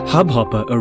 Hubhopper